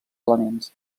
elements